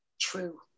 true